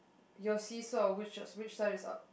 your seesaw which side which side is up